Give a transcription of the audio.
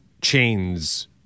chains